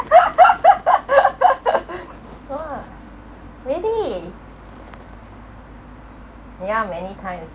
!wah! really yeah many times